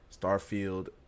starfield